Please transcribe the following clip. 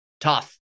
Tough